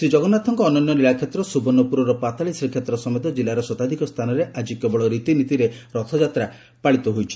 ଶ୍ରୀକଗନ୍ନାଥଙ୍କ ଅନନ୍ୟ ଲୀଳାକ୍ଷେତ୍ର ସ୍ବବର୍ଷପୁରର ପାତାଳୀ ଶ୍ରୀକ୍ଷେତ୍ର ସମେତ ଜିଲ୍ଲାର ଶତାଧ୍କ ସ୍ଥାନରେ ଆଜି କେବଳ ରୀତିନୀତିରେ ରଥଯାତ୍ରା ପାଳିତ ହୋଇଛି